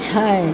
छै